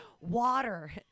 Water